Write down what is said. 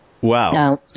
Wow